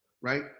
right